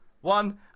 one